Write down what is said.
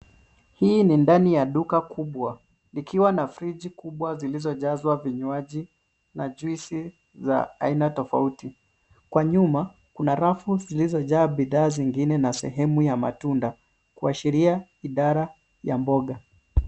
Hii ni ndani ya duka kubwa, likiwa na friji kubwa zilizojazwa vinywaji na jwisi za aina tofauti. Kwa nyuma kuna rafu zilizojaa bidhaa nyingine na sehemu ya matunda kuashiria idara ya mboga.